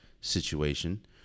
situation